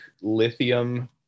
lithium